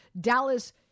Dallas